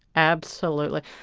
absolutely.